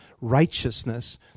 righteousness